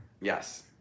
Yes